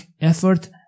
effort